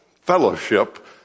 fellowship